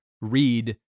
read